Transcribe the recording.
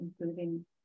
including